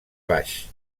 baix